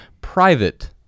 private